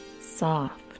Soft